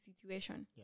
situation